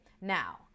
Now